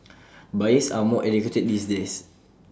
buyers are more educated these days